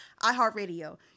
iHeartRadio